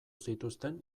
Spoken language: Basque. zituzten